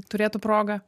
turėtų progą